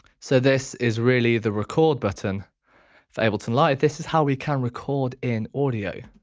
so this is really the record button for ableton live. this is how we can record in audio.